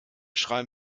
schreiben